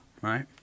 right